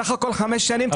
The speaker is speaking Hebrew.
סך הכול חמש שנים.